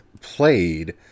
played